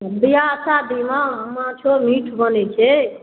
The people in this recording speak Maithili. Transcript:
विवाह शादीमे माँछो मीट बनै छै